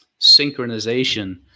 Synchronization